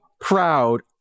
proud